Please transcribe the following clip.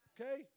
okay